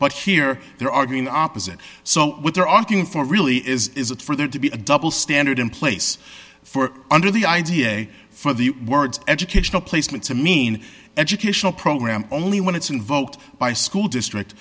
but here they're arguing opposite so what they're arguing for really is is that for there to be a double standard in place for under the idea for the words educational placement to mean educational program only when it's invoked by school district